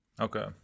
Okay